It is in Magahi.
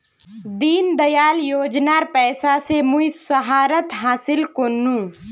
दीनदयाल योजनार पैसा स मुई सहारात निवेश कर नु